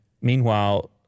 meanwhile